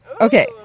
okay